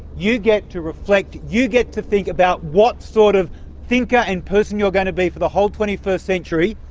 you get to reflect, you get to think about what sort of thinker and person you're going to be for the whole twenty first century,